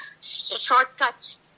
shortcuts